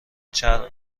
چرم